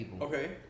Okay